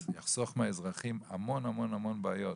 זה יחסוך מהאזרחים המון המון המון בעיות,